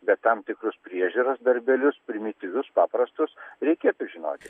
bet tam tikrus priežiūros darbelius primityvius paprastus reikėtų žinoti